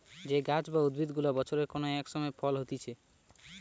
যে গাছ বা উদ্ভিদ গুলা বছরের কোন এক সময় ফল হতিছে